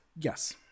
Yes